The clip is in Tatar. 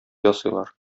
ясыйлар